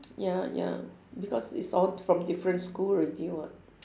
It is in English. ya ya because it's all from different school already what